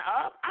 up